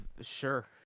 Sure